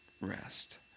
rest